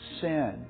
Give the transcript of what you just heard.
sin